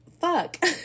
fuck